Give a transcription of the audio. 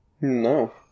No